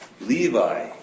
Levi